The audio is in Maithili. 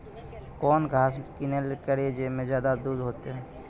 कौन घास किनैल करिए ज मे ज्यादा दूध सेते?